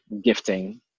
gifting